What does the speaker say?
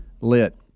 lit